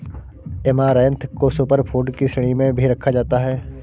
amaranth को super food की श्रेणी में भी रखा जाता है